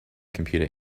computer